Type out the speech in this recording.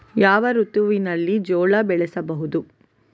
ಯಾವ ಋತುವಿನಲ್ಲಿ ಜೋಳ ಬೆಳೆಸಬಹುದು?